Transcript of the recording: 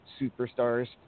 Superstars